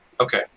Okay